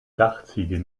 dachziegel